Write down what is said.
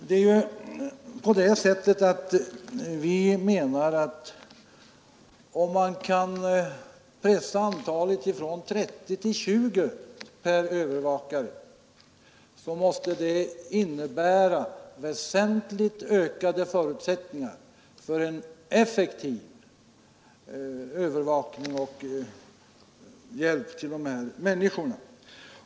Om man kan pressa antalet klienter per övervakare från 30 till 20 måste det innebära väsentligt ökade förutsättningar för en effektiv övervakning och hjälp till dessa människor.